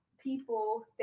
people